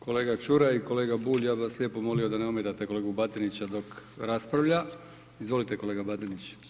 Kolega Čuraj i kolega Bulj ja bi vas lijepo molio da ne ometate kolegu Batinića dok raspravlja, izvolite kolega Batinić.